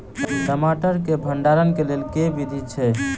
टमाटर केँ भण्डारण केँ लेल केँ विधि छैय?